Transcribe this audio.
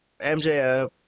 MJF